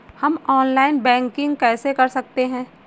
हम online banking कैसे कर सकते हैं?